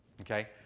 okay